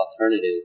alternative